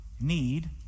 need